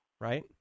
Right